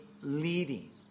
leading